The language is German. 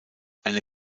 eine